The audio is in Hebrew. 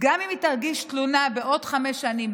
גם אם היא תגיש תלונה בעוד חמש שנים,